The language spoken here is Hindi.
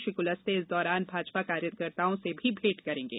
श्री कुलस्ते इस दौरान भाजपा कार्यकर्ताओं से भी भेंट करेंगे